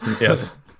Yes